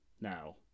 now